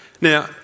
Now